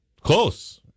Close